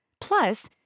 Plus